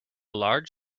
large